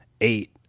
eight